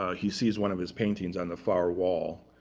ah he sees one of his paintings on the far wall,